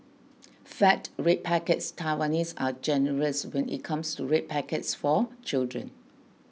fat red packets Taiwanese are generous when it comes to red packets for children